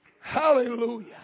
hallelujah